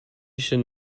should